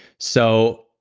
so,